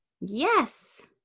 Yes